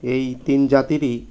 এই তিন জাতিরই